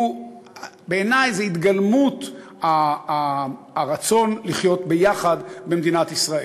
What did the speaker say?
בעיני זו התגלמות הרצון לחיות ביחד במדינת ישראל.